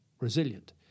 resilient